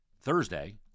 Thursday